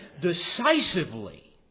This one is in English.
decisively